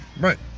Right